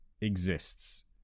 exists